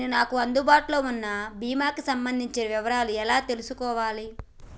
నేను నాకు అందుబాటులో ఉన్న బీమా కి సంబంధించిన వివరాలు ఎలా తెలుసుకోవాలి?